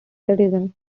citizen